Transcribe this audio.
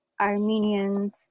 Armenians